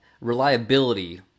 reliability